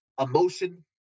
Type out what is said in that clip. emotion